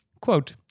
Quote